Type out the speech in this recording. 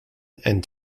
and